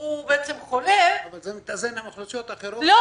הוא חולה --- אבל זה מתאזן עם אוכלוסיות אחרות.